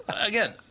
Again